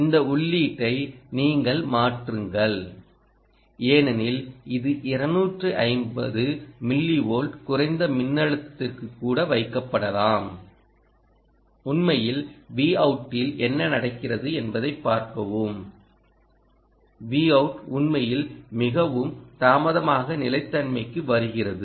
இந்த உள்ளீட்டை நீங்கள் மாற்றுங்கள் ஏனெனில் இது 250 மில்லி வோல்ட்குறைந்த மின்னழுத்தத்திற்கு கூட வைக்கப்படலாம் உண்மையில் Vout ல்என்ன நடக்கிறது என்பதைப் பார்க்கவும் Vout உண்மையில் மிகவும் தாமதமாக நிலைத்தன்மைக்கு வருகிறது